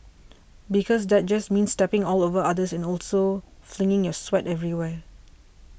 because that just means stepping all over others and also flinging your sweat everywhere